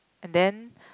and then